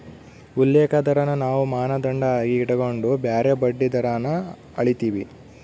ಉಲ್ಲೇಖ ದರಾನ ನಾವು ಮಾನದಂಡ ಆಗಿ ಇಟಗಂಡು ಬ್ಯಾರೆ ಬಡ್ಡಿ ದರಾನ ಅಳೀತೀವಿ